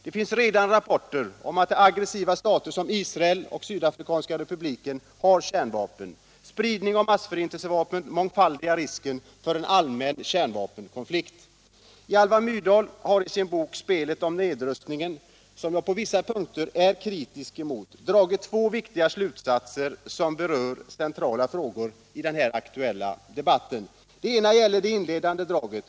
Det finns redan rapporter om att aggressiva stater som Israel och Sydafrikanska republiken har kärnvapen. Spridningen av massförintelsevapen mångfaldigar risken för en allmän kärnvapenkonflikt. Alva Myrdal har i sin bok Spelet om nedrustningen, som jag på vissa punkter är kritisk emot, dragit två viktiga slutsatser som berör centrala frågor i den här aktuella debatten. Den ena gäller det inledande draget.